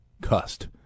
cussed